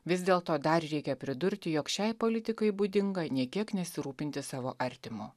vis dėl to dar reikia pridurti jog šiai politikai būdinga nė kiek nesirūpinti savo artimu